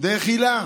דרך היל"ה,